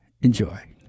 Enjoy